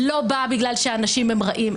לא באה בגלל שאנשים הם רעים,